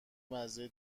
مزه